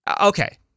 Okay